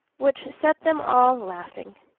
which set them all laughing.